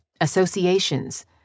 associations